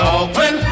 open